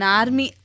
army